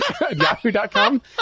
Yahoo.com